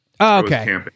okay